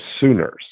sooners